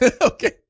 Okay